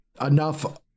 enough